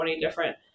different